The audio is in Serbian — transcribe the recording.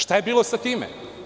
Šta je bilo sa time?